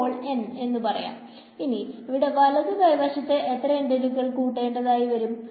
whole n എന്നു പറയാം ഇനി ഇവിടെ വലതു കൈ വശത്തു എത്ര ഇന്റഗ്രലുകൾ കൂട്ടേണ്ടതായി വരും